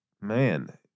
Man